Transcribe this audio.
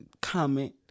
Comment